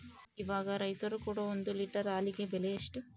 ಇವಾಗ ರೈತರು ಕೊಡೊ ಒಂದು ಲೇಟರ್ ಹಾಲಿಗೆ ಬೆಲೆ ಎಷ್ಟು?